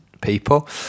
people